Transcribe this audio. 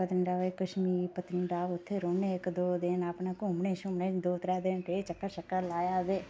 पत्तनीटाप कश्मीर पत्तनीटाप उत्थै रौहने दो त्रै दिन अपने घुम्मने शुम्मने दो त्रै दिन रेह् चक्कर शक्कर लाया ते